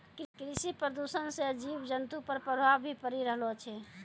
कृषि प्रदूषण से जीव जन्तु पर प्रभाव भी पड़ी रहलो छै